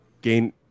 gain